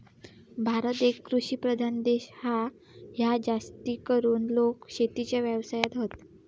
भारत एक कृषि प्रधान देश हा, हय जास्तीकरून लोका शेतीच्या व्यवसायात हत